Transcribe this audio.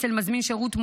אצל מזמין שירות,